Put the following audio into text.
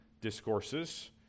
discourses